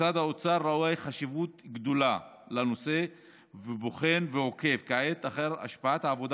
משרד האוצר רואה חשיבות גדולה בנושא ובוחן ועוקב כעת אחר השפעות העבודה